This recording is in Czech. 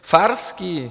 Farský?